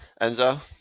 Enzo